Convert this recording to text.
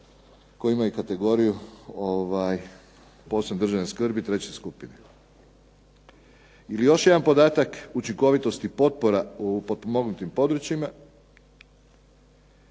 koji imaju kategoriju posebne državne skrbi treće skupine. Ili još jedan podatak učinkovitosti potpora u potpomognutim područjima.